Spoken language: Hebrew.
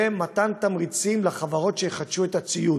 ומתן תמריצים לחברות שיחדשו את הציוד,